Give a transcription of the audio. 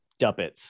duppets